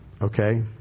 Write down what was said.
Okay